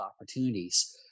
opportunities